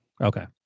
Okay